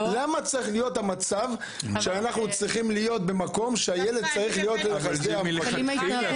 למה צריך להיות המצב שהילד תלוי בחסדיו של המפקד?